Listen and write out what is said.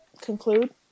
conclude